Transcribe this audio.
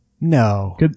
No